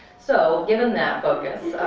so given that focus,